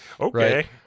Okay